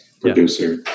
producer